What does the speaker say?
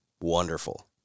wonderful